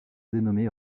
dénommé